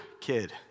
kid